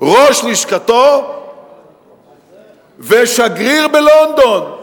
ראש לשכתו ושגריר בלונדון.